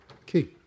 Okay